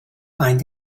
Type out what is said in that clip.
find